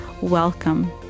Welcome